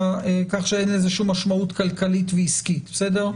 כך שאין לזה שום משמעות כלכלית ועסקית בסדר?